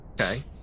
Okay